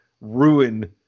ruin